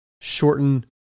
shorten